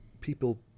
people